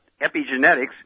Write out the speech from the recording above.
Epigenetics